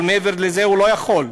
אבל מעבר לזה הוא לא יכול.